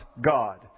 God